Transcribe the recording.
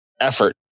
effort